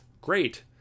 Great